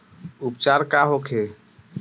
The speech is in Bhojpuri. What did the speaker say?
उपचार का होखे?